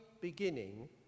beginning